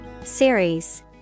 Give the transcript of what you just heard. Series